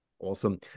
Awesome